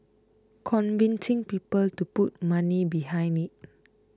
convincing people to put money behind it